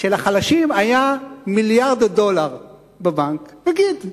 שלחלשים היה מיליארד דולר בבנק, נגיד,